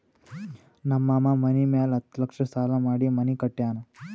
ನಮ್ ಮಾಮಾ ಮನಿ ಮ್ಯಾಲ ಹತ್ತ್ ಲಕ್ಷ ಸಾಲಾ ಮಾಡಿ ಮನಿ ಕಟ್ಯಾನ್